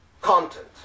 content